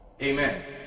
Amen